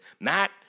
Matt